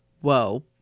Whoa